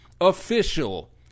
official